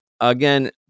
again